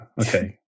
okay